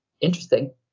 interesting